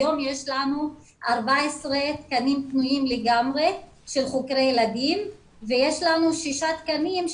היום יש לנו 14 תקנים פנויים לגמרי של חוקרי ילדים ויש לנו שישה תקנים,